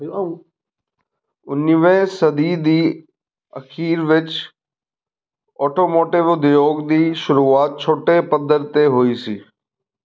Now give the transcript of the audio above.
ਉੱਨੀਵੀਂ ਸਦੀ ਦੀ ਅਖੀਰ ਵਿੱਚ ਆਟੋਮੋਟਿਵ ਉਦਯੋਗ ਦੀ ਸ਼ੁਰੂਆਤ ਛੋਟੇ ਪੱਧਰ 'ਤੇ ਹੋਈ ਸੀ